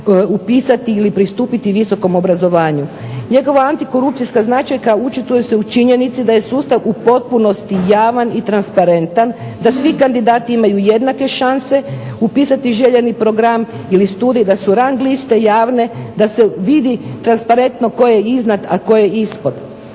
upisati ili pristupiti visokom obrazovanju. Njegova antikorupcijska značajka očituje se u činjenici da je sustav u potpunosti javan i transparentan, da svi kandidati imaju jednake šanse upisati željeni program ili studij, da su rang liste javne, da se vidi transparentno tko je iznad a tko je ispod.